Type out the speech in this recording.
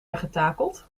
weggetakeld